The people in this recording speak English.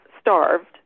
starved